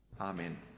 Amen